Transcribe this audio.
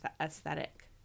aesthetic